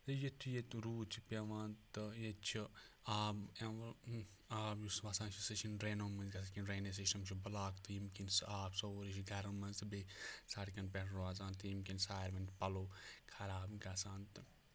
تہٕ ییٚتہِ چھُ ییٚتہِ روٗد چھُ پیٚوان تہٕ ییٚتہِ چھُ آب یِوان آب یُس وَسان چھِ سُہ چھُنہٕ ڈرٛینو منٛز گژھان کیٚنٛہہ ڈرٛنیج سِسٹَم چھُ بٕلاک تہٕ ییٚمہِ کِنۍ سُہ آب سورُے چھِ گَرَم تہٕ بیٚیہِ سَڑکَن پٮ۪ٹھ روزان تہٕ ییٚمہِ کِنۍ ساروٕنۍ پَلو خراب گژھان تہٕ